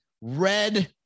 red